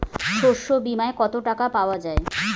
শস্য বিমায় কত টাকা পাওয়া যায়?